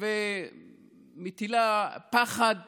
ומטילה פחד